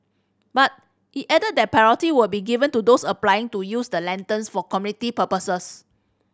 but it added that priority will be given to those applying to use the lanterns for community purposes